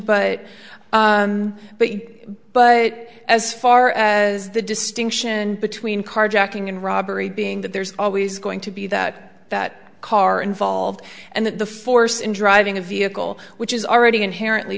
but but but as far as the distinction between carjacking and robbery being that there's always going to be that that car involved and that the force in driving a vehicle which is already inherently